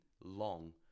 long